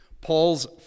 Paul's